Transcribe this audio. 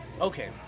Okay